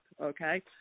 Okay